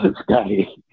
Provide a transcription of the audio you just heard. Scotty